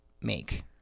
make